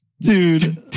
Dude